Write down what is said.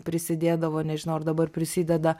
prisidėdavo nežinau ar dabar prisideda